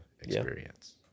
experience